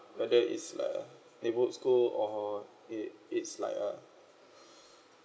whether it's like a neighborhood school or it it's like a